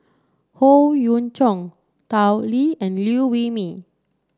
Howe Yoon Chong Tao Li and Liew Wee Mee